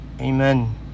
Amen